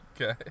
Okay